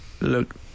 look